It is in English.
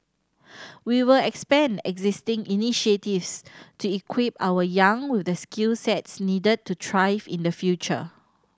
we will expand existing initiatives to equip our young with the skill sets needed to thrive in the future